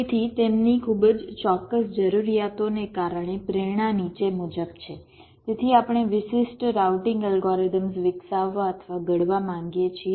તેથી તેમની ખૂબ જ ચોક્કસ જરૂરિયાતોને કારણે પ્રેરણા નીચે મુજબ છે તેથી આપણે વિશિષ્ટ રાઉટિંગ અલ્ગોરિધમ્સ વિકસાવવા અથવા ઘડવા માંગીએ છીએ